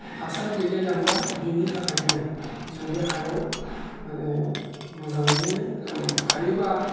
हासार गैलायलांला बेनि थाखायनो जों बे हायाव माने मोजाङैनो जों हायोबा